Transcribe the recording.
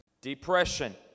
Depression